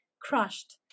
crushed